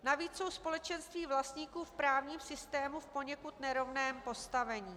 Navíc jsou společenství vlastníků v právním systému v poněkud nerovném postavení.